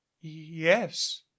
yes